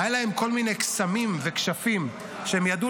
היו להם כל מיני קסמים וכשפים שהם ידעו